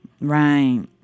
Right